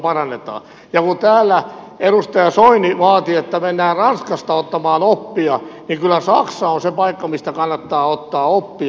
ja kun täällä edustaja soini vaati että mennään ranskasta ottamaan oppia niin kyllä saksa on se paikka mistä kannattaa ottaa oppia